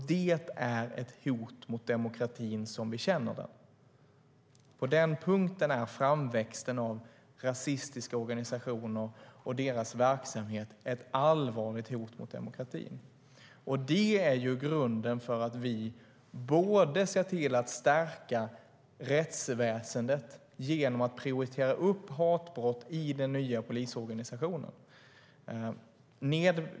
Det är ett hot mot demokratin som vi känner den. På den punkten är framväxten av rasistiska organisationer och deras verksamhet ett allvarligt hot mot demokratin. Det är grunden för att vi ser till att stärka rättsväsendet genom att prioritera upp hatbrott i den nya polisorganisationen.